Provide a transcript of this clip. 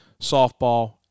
softball